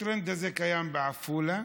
הטרנד הזה קיים בעפולה,